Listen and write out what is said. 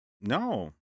No